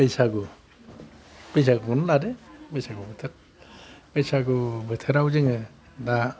बैसागु बैसागुखौनो लादो बैसागु बोथोर बैसागु बोथोराव जोङो दा